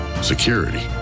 security